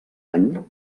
any